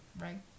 right